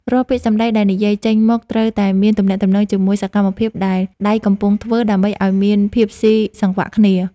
រាល់ពាក្យសម្តីដែលនិយាយចេញមកត្រូវតែមានទំនាក់ទំនងជាមួយសកម្មភាពដែលដៃកំពុងធ្វើដើម្បីឱ្យមានភាពស៊ីសង្វាក់គ្នា។